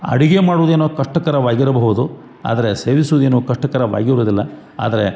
ಅಡಿಗೆ ಮಾಡುದೇನೋ ಕಷ್ಟಕರವಾಗಿರಬಹುದು ಆದರೆ ಸೇವಿಸುದೇನು ಕಷ್ಟಕರವಾಗಿರುದಿಲ್ಲ ಆದರೆ